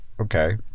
Okay